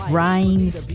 Rhymes